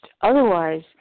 Otherwise